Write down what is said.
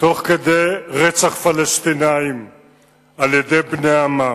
תוך כדי רצח פלסטינים על-ידי בני עמם.